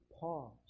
pause